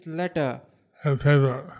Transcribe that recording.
letter